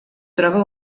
troba